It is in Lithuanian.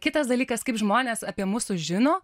kitas dalykas kaip žmonės apie mus sužino